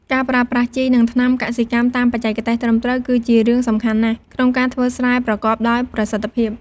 ការប្រើប្រាស់ជី និងថ្នាំកសិកម្មតាមបច្ចេកទេសត្រឹមត្រូវ គឺជារឿងសំខាន់ណាស់ក្នុងការធ្វើស្រែប្រកបដោយប្រសិទ្ធភាព។